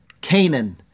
Canaan